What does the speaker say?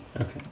Okay